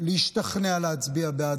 להשתכנע להצביע בעד,